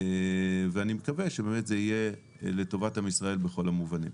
ואני מקווה שבאמת זה יהיה לטובת עם ישראל בכל המובנים.